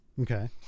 Okay